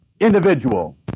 individual